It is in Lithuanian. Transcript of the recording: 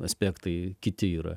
aspektai kiti yra